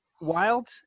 wild